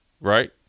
right